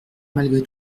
malgré